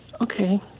Okay